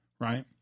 right